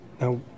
Now